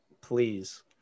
Please